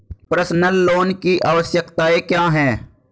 Personal loan की आवश्यकताएं क्या हैं?